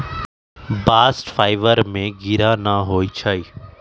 bast fibre में गिरह न होई छै